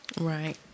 Right